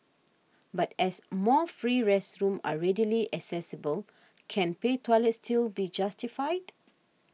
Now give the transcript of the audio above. but as more free restrooms are readily accessible can pay toilets still be justified